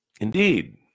Indeed